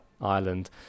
Ireland